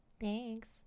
thanks